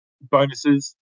bonuses